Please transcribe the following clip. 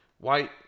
White